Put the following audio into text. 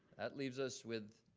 that leaves us with